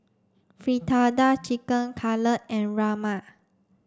Fritada Chicken Cutlet and Rajma